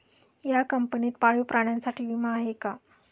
या कंपनीत पाळीव प्राण्यांसाठी विमा आहे का?